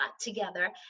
together